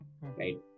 right